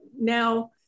Now